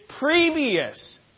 previous